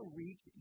reach